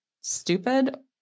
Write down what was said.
stupid